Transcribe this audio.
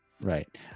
right